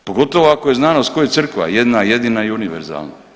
Pogotovo ako je znanost kao i crkva, jedna jedina i univerzalna.